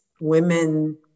women